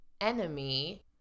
enemy